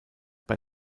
bei